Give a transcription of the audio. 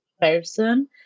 person